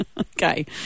Okay